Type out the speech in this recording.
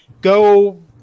go